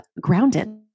grounded